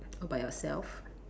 all by yourself